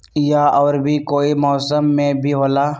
या और भी कोई मौसम मे भी होला?